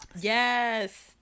Yes